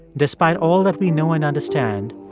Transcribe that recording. despite all that we know and understand,